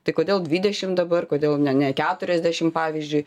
tai kodėl dvidešimt dabar kodėl ne ne keturiasdešimt pavyzdžiui